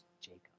Jacob